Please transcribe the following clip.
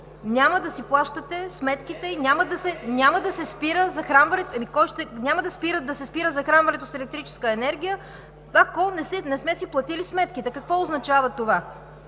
няма да си плащате сметките! Няма да се спира захранването с електрическа енергия, ако не сме си платили сметките. Какво означава това?